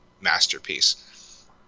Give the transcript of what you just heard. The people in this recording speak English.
masterpiece